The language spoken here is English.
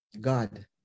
God